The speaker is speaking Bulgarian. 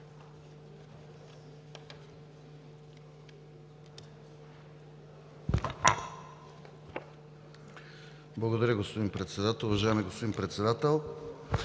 Благодаря, господин Председател.